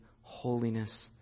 holiness